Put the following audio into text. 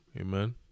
amen